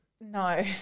no